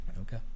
okay